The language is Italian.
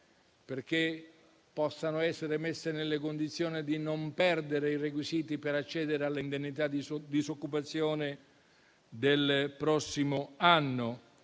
perché possano essere messi nelle condizioni di non perdere i requisiti per accedere alle indennità di disoccupazione del prossimo anno.